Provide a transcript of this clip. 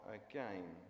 again